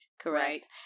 Correct